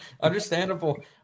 understandable